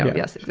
yes,